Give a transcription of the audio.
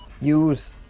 Use